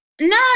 no